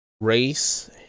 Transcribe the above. Race